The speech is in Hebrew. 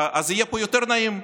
יהיה פה יותר נעים,